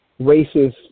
racist